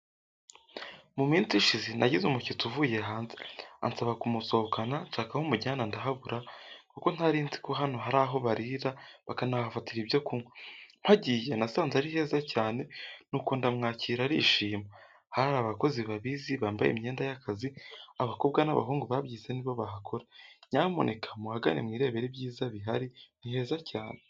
Mu minsi ishize nagize umushyitsi uvuye hanze, ansaba kumusohokana nshaka aho mujyana ndahabura kuko ntarinzi ko hano hari aho barira, bakanahafatira ibyo kunywa. Mpagiye nasanze ari heza cyane, nuko ndamwakira arishima. Hari abakozi babizi bambaye imyenda y'akazi, abakobwa n'abahungu babyize ni bo bahakora. Nyamuneka muhagane mwirebere ibyiza bihari ni heza cyane.